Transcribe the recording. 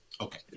okay